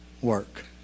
work